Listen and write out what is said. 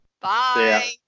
Bye